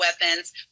weapons